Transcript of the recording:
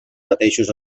mateixos